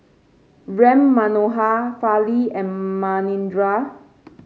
Ram Manohar Fali and Manindra